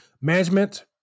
management